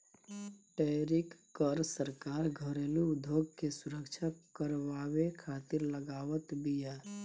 tariff कर सरकार घरेलू उद्योग के सुरक्षा करवावे खातिर लगावत बिया